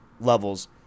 levels